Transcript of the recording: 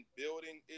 building